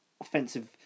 offensive